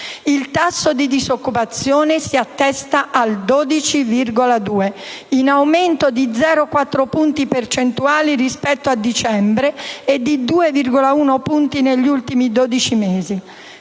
Il tasso di disoccupazione si attesta al 12,2 per cento, in aumento di 0,4 punti percentuali rispetto a dicembre e di 2,1 punti negli ultimi dodici mesi.